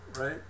right